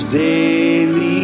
daily